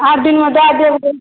आठ दिनमे दए देब